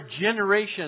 generations